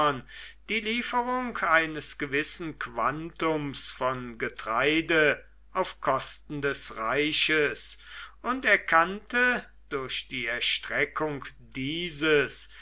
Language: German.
die lieferung eines gewissen quantums von getreide auf kosten des reiches und erkannte durch die erstreckung dieses